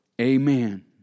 amen